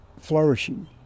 flourishing